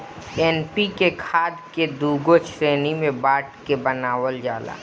NPK खाद कअ दूगो श्रेणी में बाँट के बनावल जाला